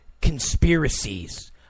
conspiracies